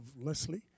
Leslie